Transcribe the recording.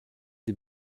the